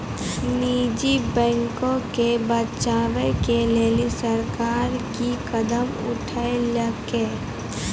निजी बैंको के बचाबै के लेली सरकार कि कदम उठैलकै?